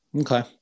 Okay